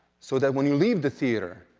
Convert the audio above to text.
so that when you leave the theatre,